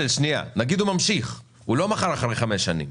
נגיד הוא ממשיך, הוא לא מכר אחרי חמש שנים,